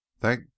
Thank